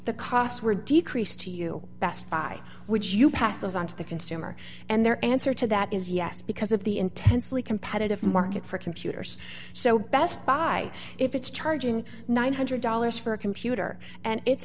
the costs were decreased to you best buy would you pass those on to the consumer and their answer to that is yes because of the intensely competitive market for computers so best buy if it's charging nine hundred dollars for a computer and it's